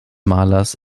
malers